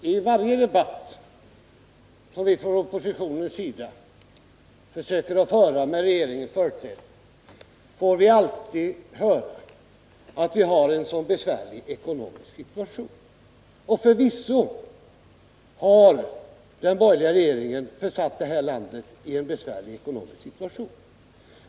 Herr talman! I varje debatt som vi från oppositionens sida försöker föra med regeringens företrädare får vi höra att vi har en så besvärlig ekonomisk situation. Och förvisso har den borgerliga regeringen försatt vårt land i en besvärlig ekonomisk situation.